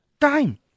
time